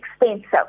expensive